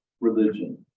religion